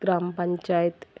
Gram panchayat